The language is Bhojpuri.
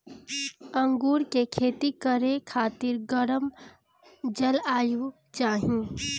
अंगूर के खेती करे खातिर गरम जलवायु चाही